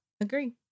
Agree